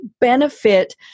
benefit